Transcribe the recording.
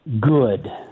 good